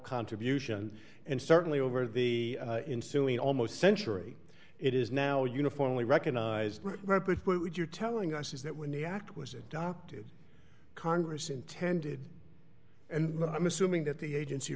contribution and certainly over the ensuing almost century it is now uniformly recognized it would you're telling us is that when the act was adopted congress intended and i'm assuming that the agency